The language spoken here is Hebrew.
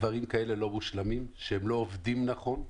דברים כאלה שלא עובדים נכון.